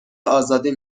ازاده